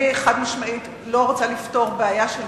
אני חד-משמעית לא רוצה לפתור בעיה של